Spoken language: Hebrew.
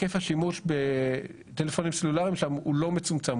היקף השימוש בטלפונים סלולאריים שם הוא לא מצומצם,